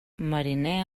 mariner